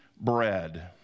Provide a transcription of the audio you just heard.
bread